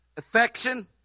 Affection